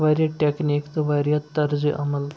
واریاہ ٹٮ۪کنیٖک تہٕ واریاہ تَرزِ عَمٕل